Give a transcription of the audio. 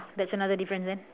that's another difference there